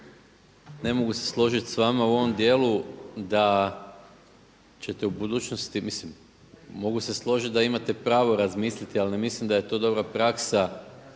ne mogu se složiti s vama u ovom dijelu da ćete u budućnosti mislim mogu se složiti da imate pravo razmisliti ali ne mislim da je to dobra praksa